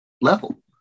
level